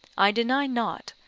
i deny not,